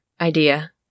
idea